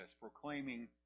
proclaiming